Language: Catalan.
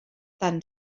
tan